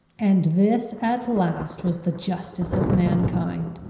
and this at last was the justice of mankind!